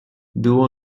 dual